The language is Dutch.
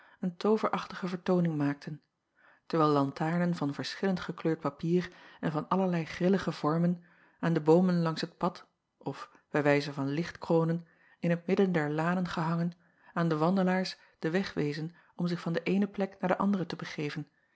een tooverachtige vertooning maakten terwijl lantaarnen van verschillend gekleurd papier en van allerlei grillige vormen aan de boomen langs het pad of bij wijze van lichtkroonen in het midden der lanen gehangen aan de wandelaars den weg wezen om zich van de eene plek naar de andere te begeven